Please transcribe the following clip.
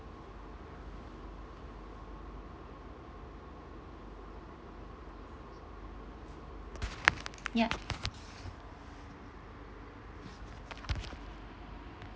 ya